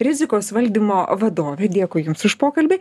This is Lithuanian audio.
rizikos valdymo vadovė dėkui jums už pokalbį